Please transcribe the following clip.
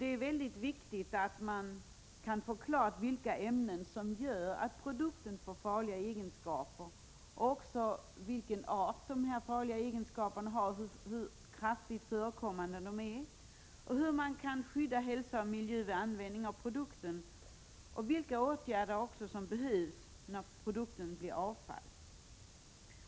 Det är mycket viktigt att klarlägga vilka ämnen som gör att produkten får farliga egenskaper, vilken art de farliga egenskaperna har, hur vanligt förekommande de är, hur hälsa och miljö kan skyddas vid användning av produkten samt vilka åtgärder som behövs när produkten blir avfall.